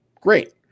great